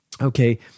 Okay